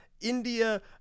India